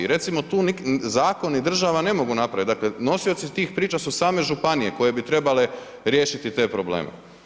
Recimo tu zakoni ni država ne mogu napraviti, dakle nosioci tih priča su same županije koje bi trebale riješiti te probleme.